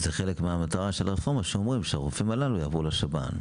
אבל זאת חלק מהמטרה של הרפורמה שאומרים שהרופאים הללו יעברו לשב"ן.